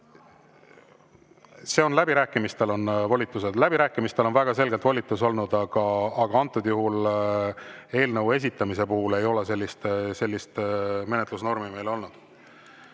See on läbirääkimistel. Läbirääkimistel on väga selgelt volitus olnud, aga antud juhul, eelnõu esitamise puhul ei ole sellist menetlusnormi meil olnud.